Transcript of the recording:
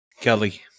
Kelly